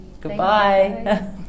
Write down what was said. Goodbye